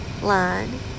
line